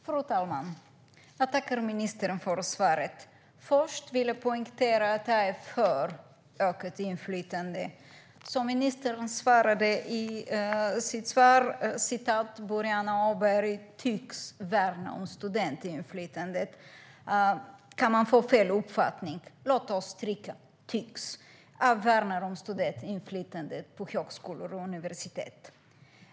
Fru talman! Jag tackar ministern för svaret! Först vill jag poängtera att jag är för ökat inflytande. Ministern säger i svaret: "Boriana Åberg tycks värna om studentinflytandet." Då kan man få fel uppfattning. Låt oss stryka "tycks". Jag värnar om studentinflytandet på högskolor och universitet.